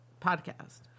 podcast